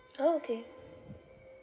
orh okay